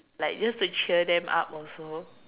like just to cheer them up also